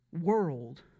world